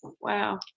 Wow